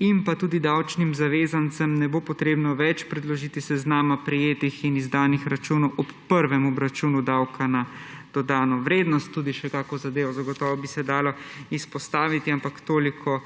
in davčnim zavezancem tudi ne bo potrebno več predložiti seznama prejetih in izdanih računov ob prvem obračunu davka na dodano vrednost. Tudi še kakšno zadevo zagotovo bi se dalo izpostaviti, ampak toliko